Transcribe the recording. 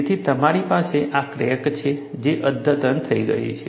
તેથી મારી પાસે આ ક્રેક છે જે અદ્યતન થઈ ગઈ છે